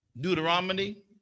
Deuteronomy